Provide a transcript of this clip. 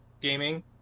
gaming